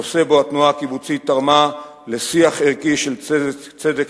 נושא שבו התנועה הקיבוצית תרמה לשיח ערכי של צדק